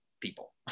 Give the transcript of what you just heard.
people